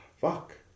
Fuck